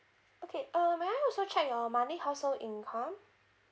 okay uh may I also check your monthly household income